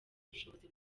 ubushobozi